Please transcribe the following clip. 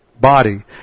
body